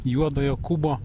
juodojo kubo